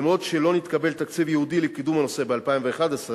למרות שלא נתקבל תקציב ייעודי לקידום הנושא ב-2011,